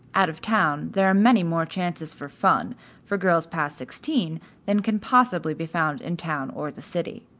out of town there are many more chances for fun for girls past sixteen than can possibly be found in town or the city.